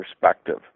perspective